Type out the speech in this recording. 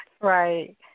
Right